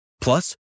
Plus